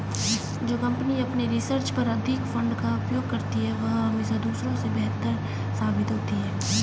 जो कंपनी अपने रिसर्च पर अधिक फंड का उपयोग करती है वह हमेशा दूसरों से बेहतर साबित होती है